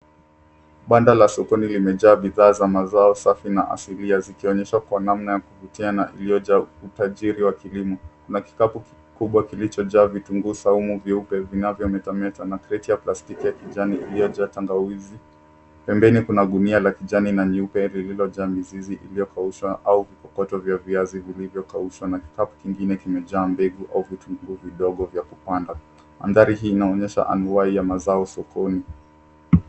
Banda la sokoni limejaa bidhaa za mazao safi na asilia zikionyesha kwa namna ya kuvutia na iliyojaa utajiri wa kilimo, na kikapu kikubwa kilichojaa vitunguu saumu vyeupe vinavyo metameta na kreti ya plastiki ya kijani iliyojaa tangawizi. Pembeni kuna gunia la kijani na nyeupe lililojaa mizizi iliyokaushwa au vikokoto vya viazi vilivyokaushwa na kikapu kingine kimejaa mbegu au vitungu vidogo vya kupanda. Mandhari hii inaonyesha anwai ya mazao sokoni.